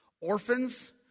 Orphans